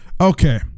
Okay